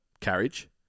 carriage